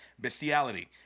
bestiality